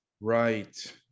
right